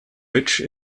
which